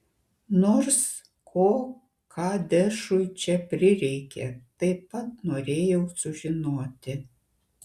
nors ko kadešui čia prireikė taip pat norėjau sužinoti